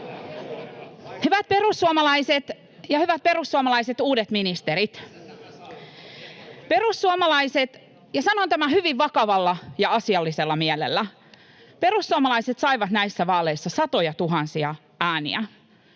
Hyvät perussuomalaiset ja hyvät perussuomalaiset uudet ministerit! Perussuomalaiset — sanon tämän hyvin vakavalla ja asiallisella mielellä — saivat näissä vaaleissa satojatuhansia ääniä.